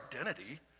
identity